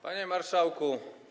Panie Marszałku!